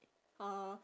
uh